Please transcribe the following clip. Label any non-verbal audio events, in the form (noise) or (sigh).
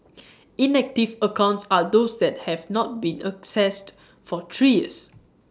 (noise) inactive accounts are those that have not been accessed for three years